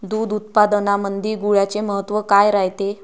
दूध उत्पादनामंदी गुळाचे महत्व काय रायते?